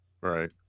Right